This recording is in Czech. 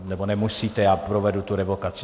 Nebo nemusíte, já provedu tu revokaci.